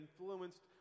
influenced